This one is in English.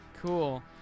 Cool